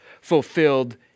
fulfilled